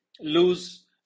lose